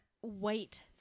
White